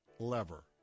lever